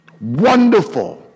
Wonderful